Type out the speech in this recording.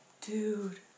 Dude